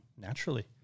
naturally